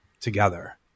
together